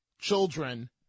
children